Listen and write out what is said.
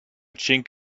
chink